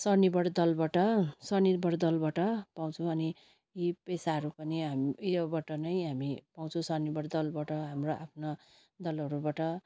स्वनिर्भर दलबाट स्वनिर्भर दलबाट पाउँछौँ अनि यी पेसाहरू पनि हाम् योबाट नै हामी पाउँछौँ स्वनिर्भर दलबाट हाम्रो आफ्ना दलहरूबाट